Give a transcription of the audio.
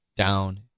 down